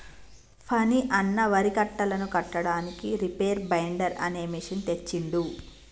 ఫణి అన్న వరి కట్టలను కట్టడానికి రీపేర్ బైండర్ అనే మెషిన్ తెచ్చిండు